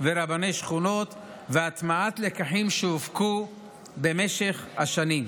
ורבני שכונות והטמעת לקחים שהופקו במשך השנים.